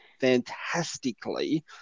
fantastically